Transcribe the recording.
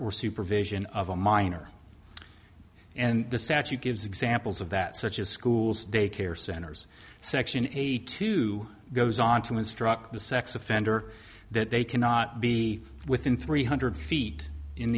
or supervision of a minor and the statute gives examples of that such as schools daycare centers section eighty two goes on to instruct the sex offender that they cannot be within three hundred feet in